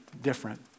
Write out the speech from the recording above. different